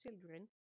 children